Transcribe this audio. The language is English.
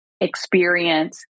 experience